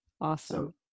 Awesome